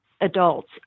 adults